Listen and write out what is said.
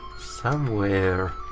somewhere.